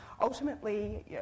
Ultimately